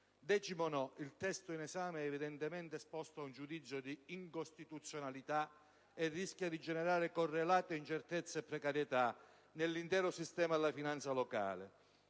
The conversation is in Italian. Decimo "no": il testo in esame è evidentemente esposto ad un giudizio di incostituzionalità e rischia di generare correlate incertezze e precarietà nell'intero sistema della finanza locale.